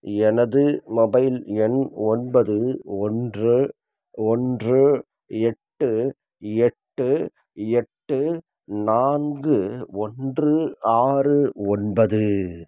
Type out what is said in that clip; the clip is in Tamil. எனது மொபைல் எண் ஒன்பது ஒன்று ஒன்று எட்டு எட்டு எட்டு நான்கு ஒன்று ஆறு ஒன்பது